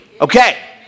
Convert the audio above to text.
Okay